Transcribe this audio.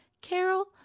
Carol